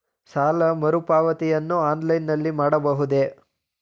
ಸಾಲ ಮರುಪಾವತಿಯನ್ನು ಆನ್ಲೈನ್ ನಲ್ಲಿ ಮಾಡಬಹುದೇ?